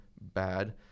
Bad